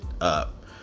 up